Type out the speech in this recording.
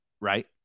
right